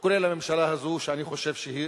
כולל הממשלה הזאת, שאני חושב שהיא